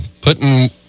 putting